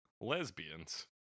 lesbians